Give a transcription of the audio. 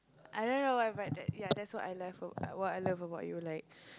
I don't know why but ya that's what I love what I love about you like